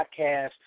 podcast